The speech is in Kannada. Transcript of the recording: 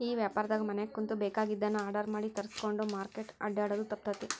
ಈ ವ್ಯಾಪಾರ್ದಾಗ ಮನ್ಯಾಗ ಕುಂತು ಬೆಕಾಗಿದ್ದನ್ನ ಆರ್ಡರ್ ಮಾಡಿ ತರ್ಸ್ಕೊಂಡ್ರ್ ಮಾರ್ಕೆಟ್ ಅಡ್ಡ್ಯಾಡೊದು ತಪ್ತೇತಿ